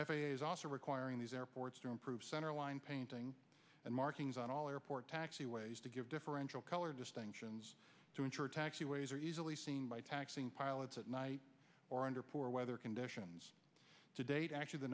runway also requiring these airports to improve centerline painting and markings on all airport taxi ways to give differential color distinctions to enter taxi ways are easily seen by taxing pilots at night or under poor weather conditions to date actually the